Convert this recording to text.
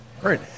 Great